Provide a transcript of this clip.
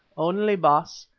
only, baas,